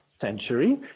century